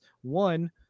One